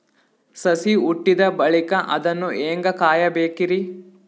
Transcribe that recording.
ಸಸಿ ಹುಟ್ಟಿದ ಬಳಿಕ ಅದನ್ನು ಹೇಂಗ ಕಾಯಬೇಕಿರಿ?